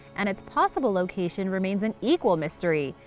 and its possible location remains an equal mystery.